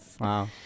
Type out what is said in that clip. Wow